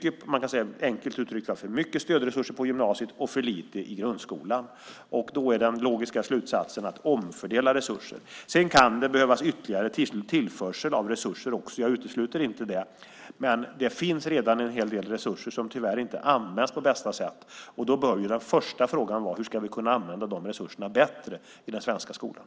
Enkelt uttryckt har vi för mycket stödresurser på gymnasiet och för lite i grundskolan. Den logiska slutsatsen är att man ska omfördela resurser. Sedan kan det behövas ytterligare tillförsel av resurser också. Jag utesluter inte det. Men det finns redan en hel del resurser som tyvärr inte används på bästa sätt. Då bör den första frågan vara hur vi ska kunna använda de resurserna bättre i den svenska skolan.